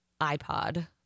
ipod